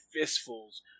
fistfuls